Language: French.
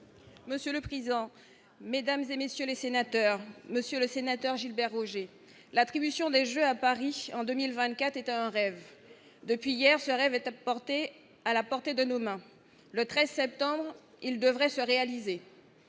Monsieur le président, Mesdames et messieurs les sénateurs, Monsieur le Sénateur, Gilbert Roger, l'attribution des Jeux à Paris en 2024 c'est un rêve depuis hier se rêve à la portée de nos mains le 13 septembre il devrait se réaliser